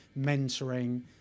mentoring